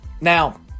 Now